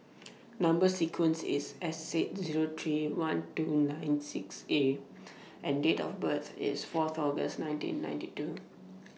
Number sequence IS S eight Zero three one two nine six A and Date of birth IS Fourth August nineteen ninety two